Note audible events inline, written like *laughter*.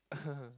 *laughs*